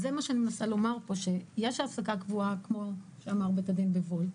יש העסקה קבועה, כמו שאמר בית הדין בוולט,